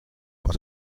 but